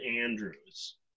Andrews